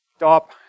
Stop